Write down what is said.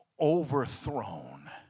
overthrown